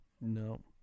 No